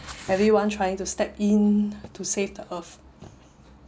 everyone trying to step in to save the earth